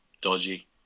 dodgy